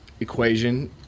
equation